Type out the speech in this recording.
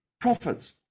profits